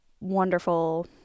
wonderful